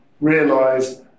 realise